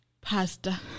Pastor